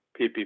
PPP